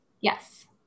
Yes